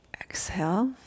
exhale